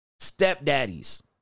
Stepdaddies